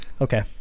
Okay